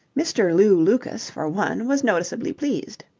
mr. lew lucas, for one, was noticeably pleased.